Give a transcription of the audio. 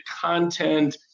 content